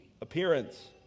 appearance